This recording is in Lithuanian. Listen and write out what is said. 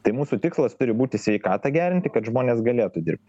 tai mūsų tikslas turi būti sveikatą gerinti kad žmonės galėtų dirbt